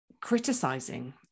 criticizing